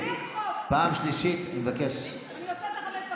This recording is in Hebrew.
אם רוצים לדבר בערבית אתה צריך לשנות את החוק.